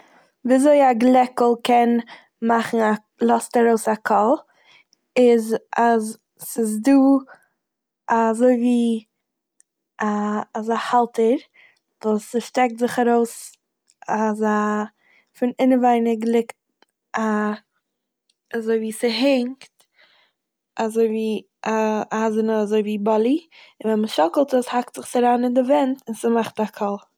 וויזוי א גלעקל קען מאכן א- לאזט ארויס א קול איז אז ס'איז דא אזויווי א אזא האלטער וואס ס'שטעקט זיך ארויס אזא- פון אינעווייניג ליגט א אזויווי ס'הענגט אזויווי א אייזענע אזויווי באלי און ווען מ'שאקלט עס האקט זיך עס אריין אין די ווענט און ס'מאכט א קול.